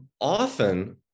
often